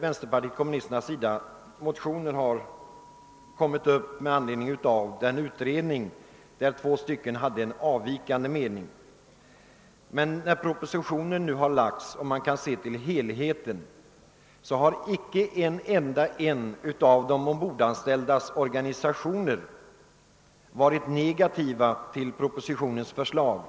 Vänsterpartiet kommunisterna har baserat sin motion på en utredning, där två ledamöter anmälde en avvikande mening. Som framgår av propositionen har emellertid icke en enda av de ombordanställdas organisationer varit negativ till propositionens förslag.